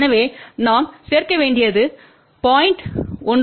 எனவே நாம் சேர்க்க வேண்டியது 0